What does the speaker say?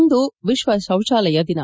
ಇಂದು ವಿಶ್ವ ಶೌಚಾಲಯ ದಿನ